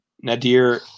Nadir